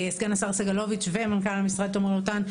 סגן השר סגלוביץ' ומנכ"ל המשרד תומר לוטן ,